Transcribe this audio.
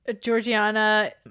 georgiana